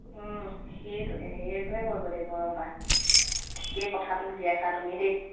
সেইটোকে সেইটোকে কৰিব লাগিব ৰ'বা ঠিকেই কথাটো উলিয়াইছা তুমি দেই